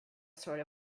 sort